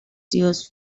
tears